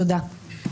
תודה.